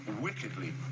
wickedly